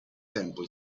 tempo